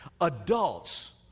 adults